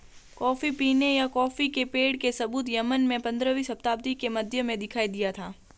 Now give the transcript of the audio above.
coffee पीने या coffee के पेड़ के सबूत यमन में पंद्रहवी शताब्दी के मध्य में दिखाई दिया था